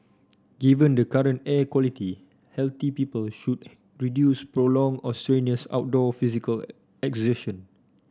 given the current air quality healthy people should reduce prolonged or strenuous outdoor physical exertion